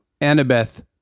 Annabeth